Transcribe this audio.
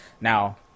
Now